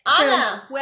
Anna